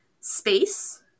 space